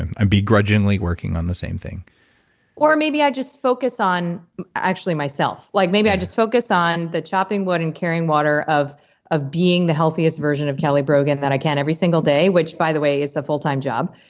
and and begrudgingly working on the same thing or maybe i just focus on actually myself. like maybe i just focus on the chopping wood and carrying water of of being the healthiest version of kelly brogan that i can every single day. which by the way is a full time job,